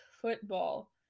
football